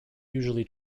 usually